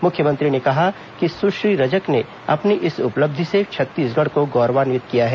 मुख्यमंत्री ने कहा कि सुश्री रजक ने अपनी इस उपलब्धि से छत्तीसगढ़ को गौरवान्वित किया है